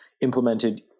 implemented